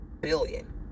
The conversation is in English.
billion